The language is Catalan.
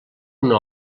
una